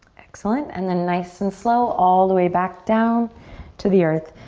excellent, and then nice and slow all the way back down to the earth.